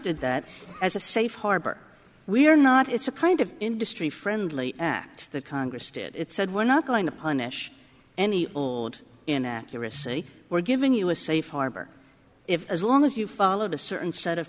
did that as a safe harbor we are not it's a kind of industry friendly act that congress did it said we're not going to punish any old in accuracy we're giving you a safe harbor if as long as you followed a certain set of